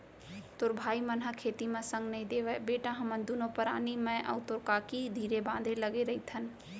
तोर भाई मन ह खेती म संग नइ देवयँ बेटा हमन दुनों परानी मैं अउ तोर काकी धीरे बांधे लगे रइथन